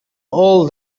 all